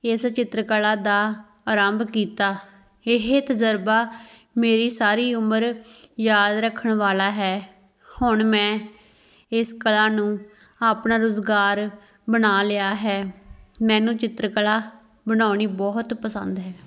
ਇਸ ਚਿੱਤਰਕਲਾ ਦਾ ਆਰੰਭ ਕੀਤਾ ਇਹ ਤਜਰਬਾ ਮੇਰੀ ਸਾਰੀ ਉਮਰ ਯਾਦ ਰੱਖਣ ਵਾਲਾ ਹੈ ਹੁਣ ਮੈਂ ਇਸ ਕਲਾ ਨੂੰ ਆਪਣਾ ਰੁਜ਼ਗਾਰ ਬਣਾ ਲਿਆ ਹੈ ਮੈਨੂੰ ਚਿੱਤਰ ਕਲਾ ਬਣਾਉਣੀ ਬਹੁਤ ਪਸੰਦ ਹੈ